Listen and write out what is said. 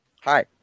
Hi